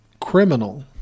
criminal